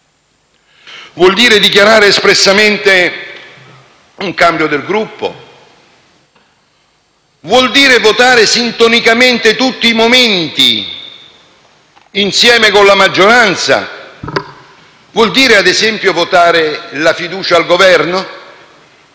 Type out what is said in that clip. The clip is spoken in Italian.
Vuol dire dichiarare espressamente un cambio del Gruppo? Vuol dire votare sintonicamente tutti i momenti insieme con la maggioranza? Vuol dire, ad esempio, votare la fiducia al Governo?